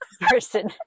person